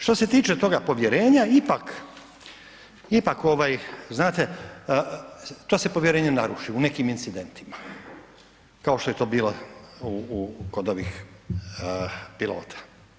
Što se tiče toga povjerenja, ipak znate to se povjerenje naruši u nekim incidentima, kao što je to bilo kod ovih pilota.